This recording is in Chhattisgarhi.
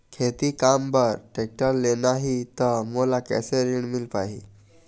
खेती काम बर टेक्टर लेना ही त मोला कैसे ऋण मिल पाही?